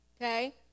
Okay